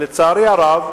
לצערי הרב,